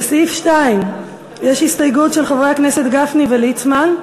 לסעיף 2 יש הסתייגות של חברי הכנסת גפני וליצמן.